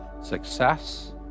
Success